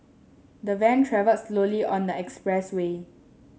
the van travelled slowly on the expressway